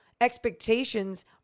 expectations